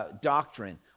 doctrine